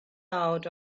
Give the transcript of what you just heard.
out